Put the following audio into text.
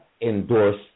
endorse